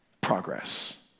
progress